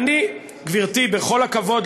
בכל הכבוד,